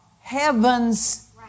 heaven's